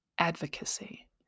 advocacy